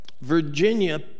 Virginia